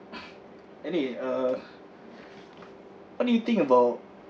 eddy uh what do you think about